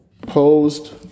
posed